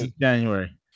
January